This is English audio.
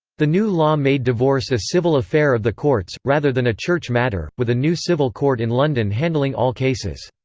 the new law made divorce a civil affair of the courts, rather than a church matter, with a new civil court in london handling all cases.